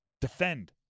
defend